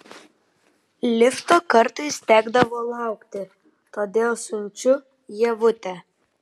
lifto kartais tekdavo laukti todėl siunčiu ievutę